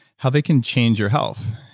how they can change your health.